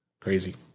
Crazy